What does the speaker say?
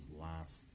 last